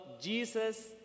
Jesus